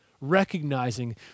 Recognizing